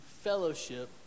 fellowship